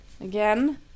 again